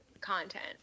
content